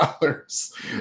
dollars